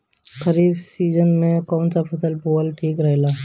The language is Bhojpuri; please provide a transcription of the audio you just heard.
खरीफ़ सीजन में कौन फसल बोअल ठिक रहेला ह?